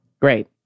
Great